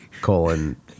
Colon